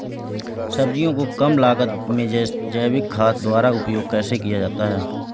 सब्जियों को कम लागत में जैविक खाद द्वारा उपयोग कैसे किया जाता है?